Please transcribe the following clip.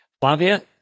Flavia